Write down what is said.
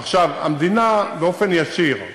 עכשיו, המדינה, באופן ישיר,